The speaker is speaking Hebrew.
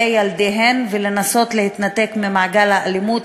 ילדיהן ולנסות להתנתק ממעגל האלימות,